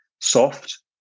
soft